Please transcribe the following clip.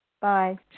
Bye